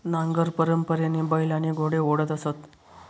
नांगर परंपरेने बैल आणि घोडे ओढत असत